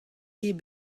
ket